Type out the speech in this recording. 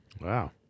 Wow